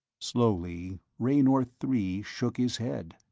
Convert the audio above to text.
slowly, raynor three shook his head.